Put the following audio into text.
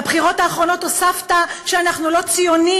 בבחירות האחרונות הוספת שאנחנו לא ציונים,